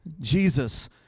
Jesus